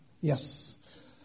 Yes